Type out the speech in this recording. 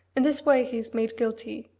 in this way he is made guilty,